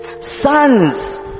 Sons